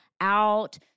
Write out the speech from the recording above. out